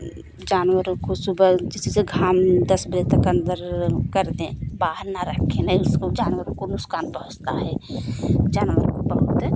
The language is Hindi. जानवरों को सुबह जैसे घाम दस बजे तक अन्दर कर दें बाहर ना रखें नहीं उसको जानवरों को नुकसान पहुँचता है जानवरों को बहुत